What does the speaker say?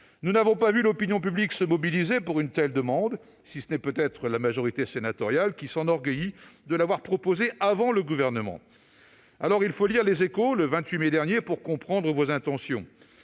Nous n'avons pas vu l'opinion publique se mobiliser pour une telle demande, si ce n'est peut-être la majorité sénatoriale, qui s'enorgueillit de l'avoir proposée avant le Gouvernement. Il faut lire, le 28 mai dernier, pour comprendre vos intentions.